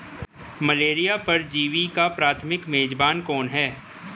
Malaria परजीवी का प्राथमिक मेजबान कौन है?